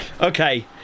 Okay